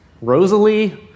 Rosalie